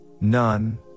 none